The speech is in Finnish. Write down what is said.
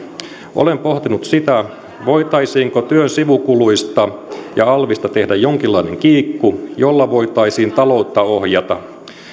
olen pohtinut sitä voitaisiinko työn sivukuluista ja alvista tehdä jonkinlainen kiikku jolla voitaisiin taloutta ohjata